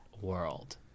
world